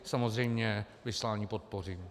Samozřejmě vyslání podpořím.